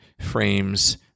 frames